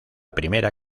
primera